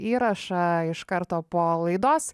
įrašą iš karto po laidos